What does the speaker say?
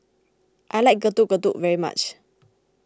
I like Getuk Getuk very much